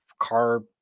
car